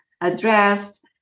addressed